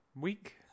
week